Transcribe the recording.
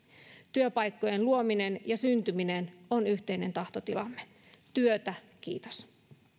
työpaikkojen luominen ja syntyminen on yhteinen tahtotilamme työtä kiitos